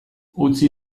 utzi